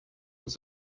was